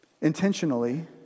intentionally